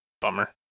Bummer